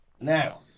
Now